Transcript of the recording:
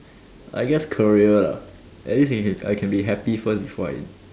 I guess career lah at least I can be happy first before I